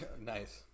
nice